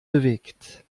bewegt